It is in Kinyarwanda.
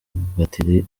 batiri